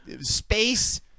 space